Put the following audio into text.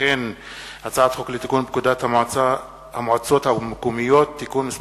הצעת חוק לתיקון פקודת המועצות המקומיות (מס'